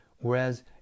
whereas